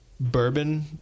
bourbon